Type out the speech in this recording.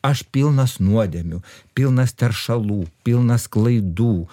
aš pilnas nuodėmių pilnas teršalų pilnas klaidų